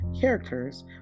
characters